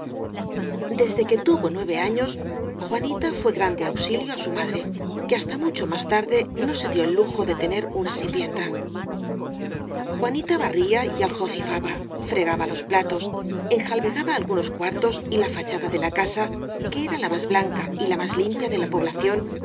desde que tuvo nueve años juanita fué de gran de auxilio á su madre que hasta mucho más tarde no se dió el lujo de tener una sirvienta juanita barría y aljofifaba fregaba los platos en jalbegaba algunos cuartos y la fachada de la casa que era la más blanca y la más limpia de la